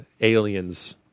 aliens